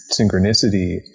synchronicity